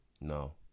No